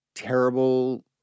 terrible